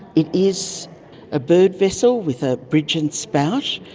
it is a bird vessel with a bridge and spout,